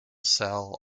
sell